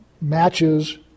matches